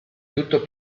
tutto